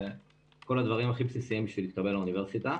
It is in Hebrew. כל הדברים הכי בסיסיים בשביל להתקבל לאוניברסיטה.